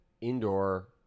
Indoor